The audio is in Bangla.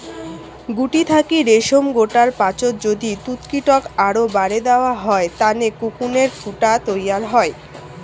গুটি থাকি রেশম গোটার পাচত যদি তুতকীটক আরও বারের দ্যাওয়া হয় তানে কোকুনের ফুটা তৈয়ার হই